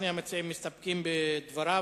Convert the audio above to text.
שני המציעים מסתפקים בדבריו.